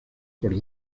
por